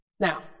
Now